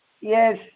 Yes